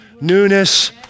newness